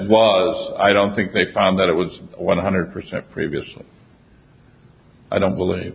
was i don't think they found that it was one hundred percent previously i don't believe